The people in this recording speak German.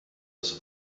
des